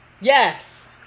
Yes